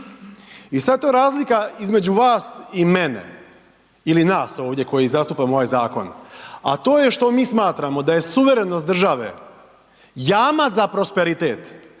I sada to razlika između vas i mene ili nas ovdje koji zastupamo ovaj zakon, a to je što mi smatramo da je suverenost države jamac za prosperitet,